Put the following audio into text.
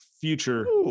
future